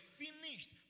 finished